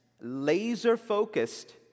laser-focused